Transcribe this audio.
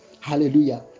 Hallelujah